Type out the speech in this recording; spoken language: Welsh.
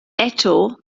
eto